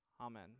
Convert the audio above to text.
Amen